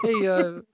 hey